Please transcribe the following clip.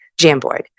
Jamboard